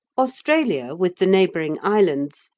australia, with the neighbouring islands,